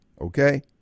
okay